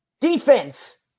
Defense